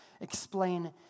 explain